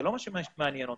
זה לא מה שמעניין אותנו,